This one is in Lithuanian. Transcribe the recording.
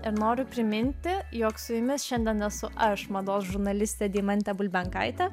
ir noriu priminti jog su jumis šiandien esu aš mados žurnalistė deimantė bulbenkaitė